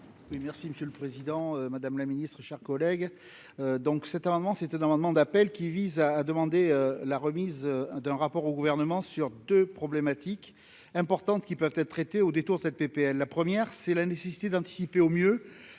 merci monsieur. Président Madame la Ministre, chers collègues, donc cet amendement c'est un amendement d'appel qui vise à demander la remise d'un rapport au gouvernement sur 2 problématiques importantes qui peuvent être traitées au détour cette PPL, la première c'est la nécessité d'anticiper au mieux